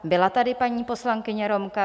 Byla tady paní poslankyně Romka.